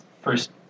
first